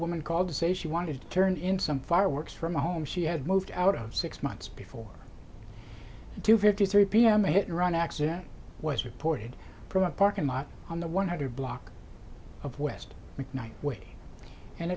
woman called to say she wanted to turn in some fireworks from the home she had moved out of six months before two fifty three p m hit and run accident was reported from a parking lot on the one hundred block of west